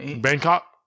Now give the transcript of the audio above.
Bangkok